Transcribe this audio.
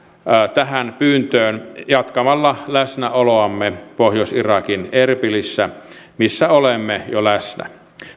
tähän pyyntöön jatkamalla läsnäoloamme pohjois irakin erbilissä missä olemme jo läsnä